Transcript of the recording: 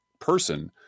person